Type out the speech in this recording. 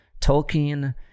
Tolkien